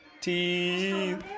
teeth